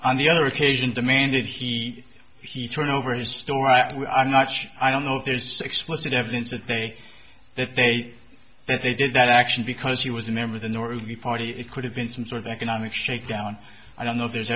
on the other occasion demanded he he turned over his store i'm not sure i don't know if there's explicit evidence that they that they that they did that action because he was a member of the north of the party it could have been some sort of economic shakedown i don't know if there's